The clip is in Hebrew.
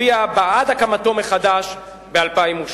הצביעה בעד הקמתו מחדש ב-2008.